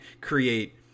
create